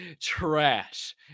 trash